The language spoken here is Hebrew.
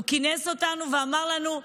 הוא כינס אותנו ואמר לנו: